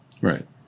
Right